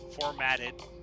formatted